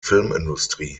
filmindustrie